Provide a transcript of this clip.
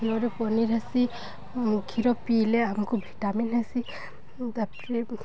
କ୍ଷିରରୁ ପନିର୍ ହେସି କ୍ଷୀର ପିଇଲେ ଆମକୁ ଭିଟାମିନ୍ ହେସି ତା'ପରେ